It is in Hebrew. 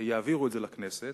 יעבירו את זה לכנסת.